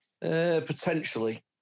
Potentially